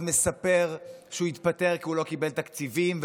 לפחות לסגן השר לשעבר יהיה עכשיו זמן ללכת למצעד הגאווה בירושלים,